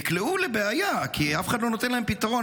נקלעו לבעיה כי אף אחד לא נותן להם פתרון.